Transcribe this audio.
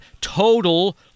Total